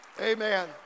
Amen